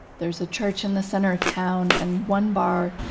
there's a church in the center of town and one bar,